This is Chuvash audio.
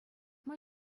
май